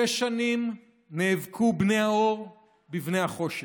שש שנים נאבקו בני האור בבני החושך.